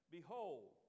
Behold